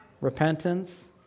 repentance